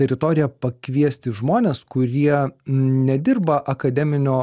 teritoriją pakviesti žmones kurie nedirba akademinio